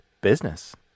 business